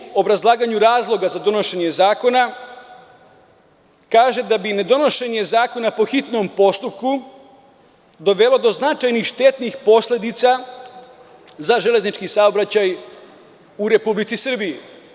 Dalje, u obrazlaganju razloga za donošenje se zakona kaže da bi ne donošenje zakona po hitnom postupku dovelo do značajnih štetnih posledica za železnički saobraćaj u Republici Srbiji.